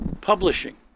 publishing